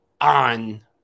on